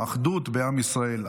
אחדות בעם ישראל.